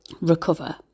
recover